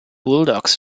bulldogs